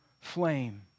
flame